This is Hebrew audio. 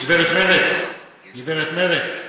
גברת מרצ, גברת מרצ,